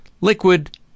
liquid